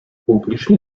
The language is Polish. publicznie